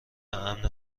امن